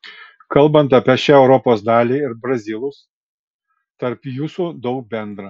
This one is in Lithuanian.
kalbant apie šią europos dalį ir brazilus tarp jūsų daug bendra